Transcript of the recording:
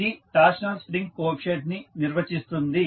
ఇది torsional spring coefficient ని నిర్వచిస్తుంది